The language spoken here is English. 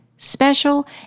Special